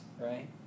right